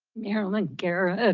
marilyn garrett.